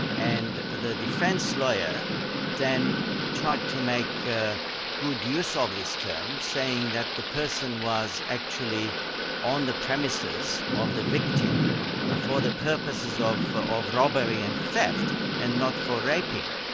and the defence lawyer then tried to make good use ah of this term, saying that the person was actually on the premises of the victim ah for the purposes of of robbery and theft and not for raping.